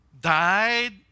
died